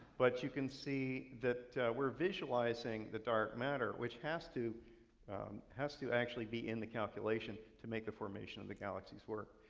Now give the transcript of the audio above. but you can see that we're visualizing the dark matter, which has to has to actually be in the calculation to make the formation of the galaxies work.